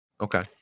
okay